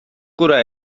cura